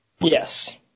Yes